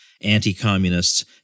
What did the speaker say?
anti-communists